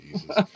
Jesus